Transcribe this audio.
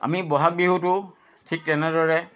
আমি ব'হাগ বিহুতো ঠিক তেনেদৰে